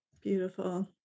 Beautiful